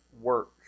work